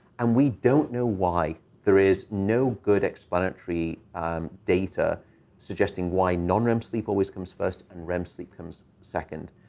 and we don't know why there is no good explanatory data suggesting why non-rem sleep always comes first and rem sleep comes second.